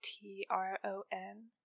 T-R-O-N